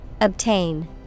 Obtain